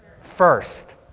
First